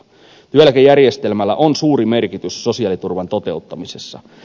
työeläkejärjestelmällä on suuri merkitys sosiaaliturvan toteuttamisessa